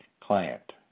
client